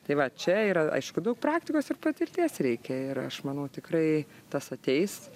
tai va čia yra aišku daug praktikos ir patirties reikia ir aš manau tikrai tas ateis